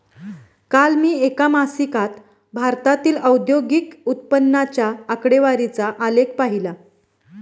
काल मी एका मासिकात भारतातील औद्योगिक उत्पन्नाच्या आकडेवारीचा आलेख पाहीला